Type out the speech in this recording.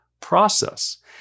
process